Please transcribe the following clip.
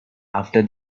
after